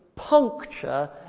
puncture